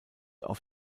auf